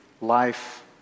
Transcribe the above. life